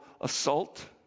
assault